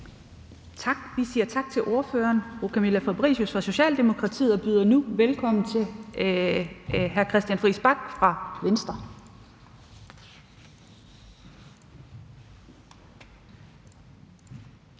Vi siger tak til ordføreren, fru Camilla Fabricius fra Socialdemokratiet, og byder nu velkommen til hr. Christian Friis Bach fra Venstre.